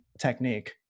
technique